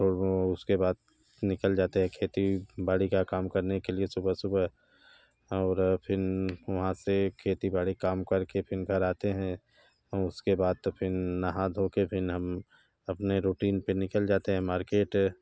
तो उसके बाद निकल जाते हैं खेती बाड़ी का काम करने के लिए सुबह सुबह और फिर वहाँ से खेती बाड़ी का काम कर के फिर घर आते हैं उसके बाद फिर नहा धो के हम अपने रूटीन पर निकाल जाते हैं मार्केट